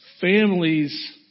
families